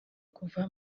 kuva